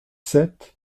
sept